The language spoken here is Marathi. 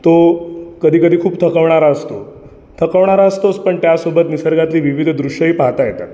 तो कधी कधी खूप थकवणारा असतो थकवणारा असतोच पण त्यासोबत निसर्गातली विविध दृश्यंही पाहता येतात